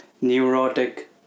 neurotic